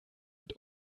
mit